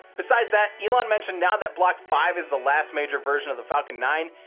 besides that, elon mentioned now that block five is the last major version of the falcon nine,